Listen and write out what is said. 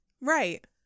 Right